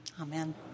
Amen